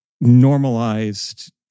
normalized